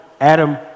Adam